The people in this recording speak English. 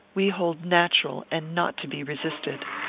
we hold natural, and not to be resisted.